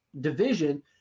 division –